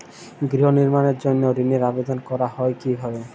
গৃহ নির্মাণের জন্য ঋণের আবেদন করা হয় কিভাবে?